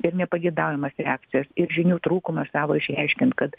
ir nepageidaujamas reakcijas ir žinių trūkumas savo išreiškiant kad